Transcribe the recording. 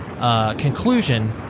conclusion